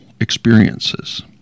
experiences